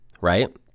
right